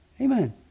Amen